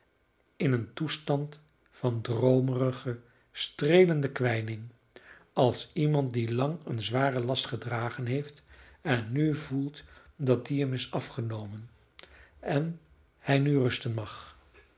in een toestand van droomerige streelende kwijning als iemand die lang een zwaren last gedragen heeft en nu voelt dat die hem is afgenomen en hij nu rusten mag